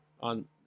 on